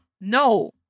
No